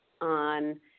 on